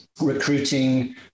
recruiting